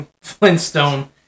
Flintstone